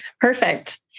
Perfect